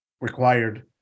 required